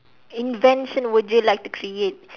invention would you like to create